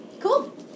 Cool